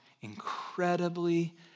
incredibly